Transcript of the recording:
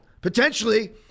potentially